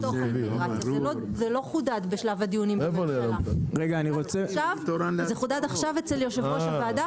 זה לא חודד בשלב הדיונים --- זה חודד עכשיו אצל יושב ראש הוועדה,